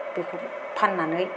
बेखौ फान्नानै